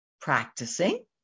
practicing